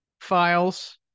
files